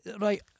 right